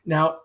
Now